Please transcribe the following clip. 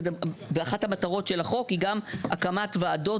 ואחת המטרות של החוק היא גם הקמת וועדות